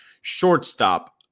Shortstop